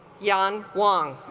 young gwang